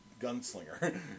gunslinger